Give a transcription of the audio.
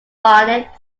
barnet